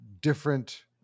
different